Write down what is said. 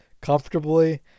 comfortably